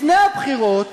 לפני הבחירות